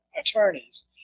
attorneys